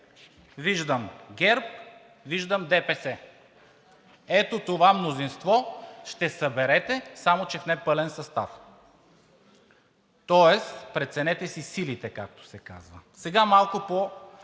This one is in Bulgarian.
виждам ГЕРБ, виждам ДПС. Ето това мнозинство ще съберете, само че в непълен състав, тоест преценете си силите, както се казва. Сега малко по